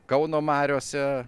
kauno mariose